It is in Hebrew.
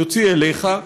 יוציא אליך,